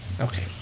Okay